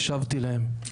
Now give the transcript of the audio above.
הקשבתי להם,